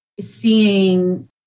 seeing